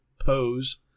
pose